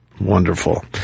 Wonderful